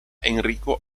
enrico